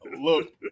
Look